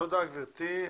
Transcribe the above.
תודה, גבירתי.